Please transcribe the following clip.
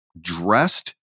dressed